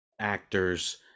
actors